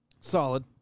Solid